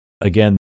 Again